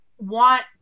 want